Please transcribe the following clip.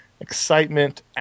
excitement